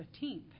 15th